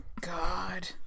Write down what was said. god